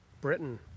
Britain